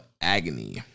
Agony